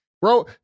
Bro